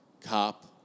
cop